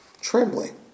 trembling